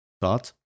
thought